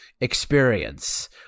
experience